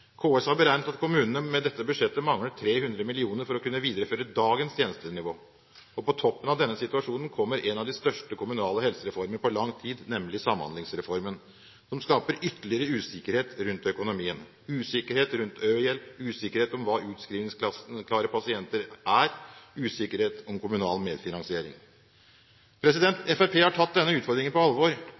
KS har beregnet at kommunene med dette budsjettet mangler 300 mill. kr for å kunne videreføre dagens tjenestenivå. På toppen av denne situasjonen kommer en av de største kommunale helsereformer på lang tid, nemlig Samhandlingsreformen, som skaper ytterligere usikkerhet rundt økonomien, usikkerhet rundt ø-hjelp, usikkerhet om hva utskrivningsklare pasienter er, usikkerhet om kommunal medfinansiering. Fremskrittspartiet har tatt denne utfordringen på alvor,